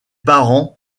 parents